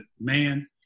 man